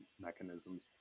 mechanisms